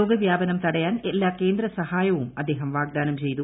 രോഗവ്യാപനം തടയാൻ എല്ലാ കേന്ദ്ര സഹായവും അദ്ദേഹം വാഗ്ദാനം ചെയ്തു